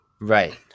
Right